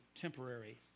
temporary